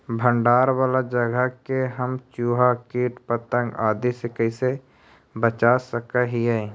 भंडार वाला जगह के हम चुहा, किट पतंग, आदि से कैसे बचा सक हिय?